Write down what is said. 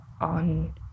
on